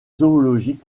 zoologique